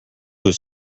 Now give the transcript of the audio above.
was